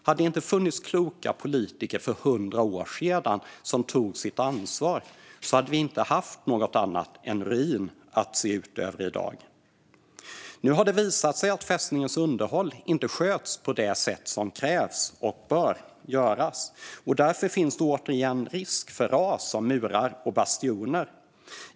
Hade det inte funnits kloka politiker som tog sitt ansvar för hundra år sedan hade vi inte haft något annat än en ruin att se ut över i dag. Nu har det visat sig att fästningens underhåll inte sköts på det sätt som krävs, och därför finns det återigen risk för ras av murar och bastioner.